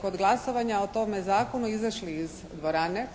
kod glasovanja o tome zakonu izašli iz dvorane